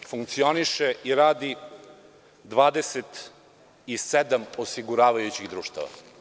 U Srbiji funkcioniše i radi 27 osiguravajućih društava.